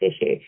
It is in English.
issue